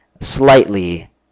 slightly